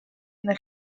une